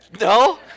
No